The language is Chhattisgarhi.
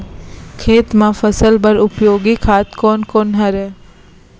खेत म फसल बर उपयोगी खाद कोन कोन हरय?